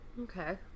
Okay